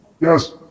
Yes